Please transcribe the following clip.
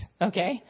Okay